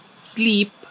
sleep